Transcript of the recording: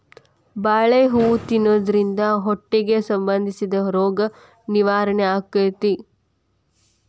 ಬಾಳೆ ಹೂ ತಿನ್ನುದ್ರಿಂದ ಹೊಟ್ಟಿಗೆ ಸಂಬಂಧಿಸಿದ ರೋಗ ನಿವಾರಣೆ ಅಕೈತಿ